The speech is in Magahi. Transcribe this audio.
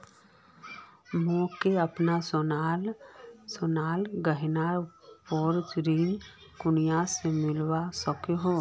मोक अपना सोनार गहनार पोर ऋण कुनियाँ से मिलवा सको हो?